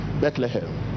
Bethlehem